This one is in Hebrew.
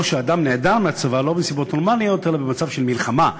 או שאדם נעדר מהצבא לא מסיבות נורמליות אלא במצב של מלחמה,